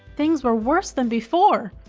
things were worse than before.